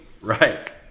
Right